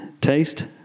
taste